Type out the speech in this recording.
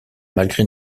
malgré